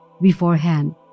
beforehand